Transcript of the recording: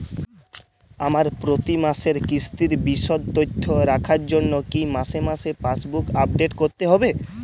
আমার প্রতি মাসের কিস্তির বিশদ তথ্য রাখার জন্য কি মাসে মাসে পাসবুক আপডেট করতে হবে?